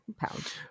pound